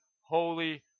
holy